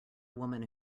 woman